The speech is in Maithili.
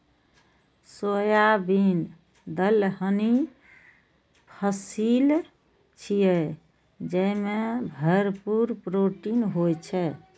सोयाबीन दलहनी फसिल छियै, जेमे भरपूर प्रोटीन होइ छै